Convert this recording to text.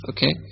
Okay